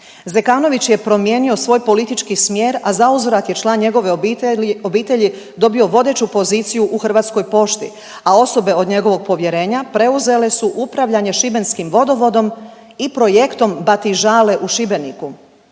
Zekanović je promijenio svoj politički smjer, a zauzvrat je član njegove obitelji dobio vodeću poziciju u Hrvatskoj pošti, a osobe od njegovog povjerenja preuzele su upravljanje šibenskim Vodovodom i projektom Batižale u Šibeniku.